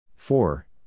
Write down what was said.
Four